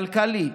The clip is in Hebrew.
כלכלית,